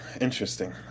Interesting